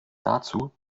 dazu